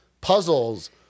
puzzles